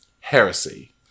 Heresy